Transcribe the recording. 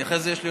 (בזק ושידורים) (תיקון,